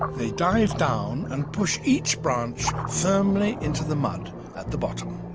they dive down and push each branch firmly into the mud at the bottom.